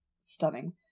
stunning